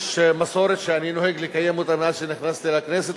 יש מסורת שאני נוהג לקיים אותה מאז נכנסתי לכנסת,